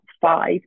five